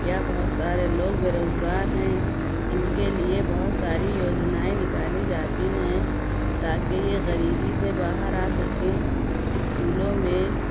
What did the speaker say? یا بہت سارے لوگ بے روزگار ہیں ان کے لیے بہت ساری یوجنائیں نکالی جاتی ہیں تا کہ یہ غریبی سے باہر آ سکیں اسکولوں میں